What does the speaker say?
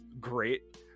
great